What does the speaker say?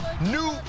new